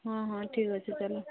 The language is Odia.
ହଁ ହଁ ଠିକ୍ଅଛି ଚାଲ